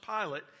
Pilate